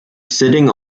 sitting